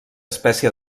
espècie